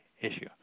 issue